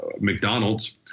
McDonald's